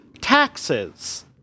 taxes